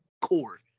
core